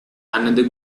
another